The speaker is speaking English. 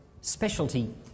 specialty